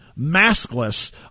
maskless